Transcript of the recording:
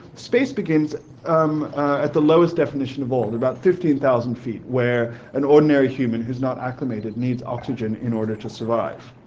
space begins at the lowest definition of all, about fifteen thousand feet where an ordinary human who's not acclimated needs oxygen in order to survive.